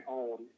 own